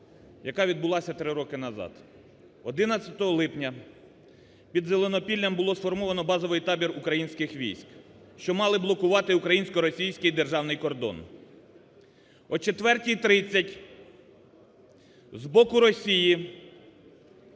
яка відбулася 3 роки назад. 11 липня під Зеленопіллям було сформовано базовий табір українських військ, що мали блокувати українсько-російський державний кордон. О 4:30 з боку Росії